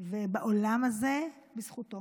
ובעולם הזה בזכותו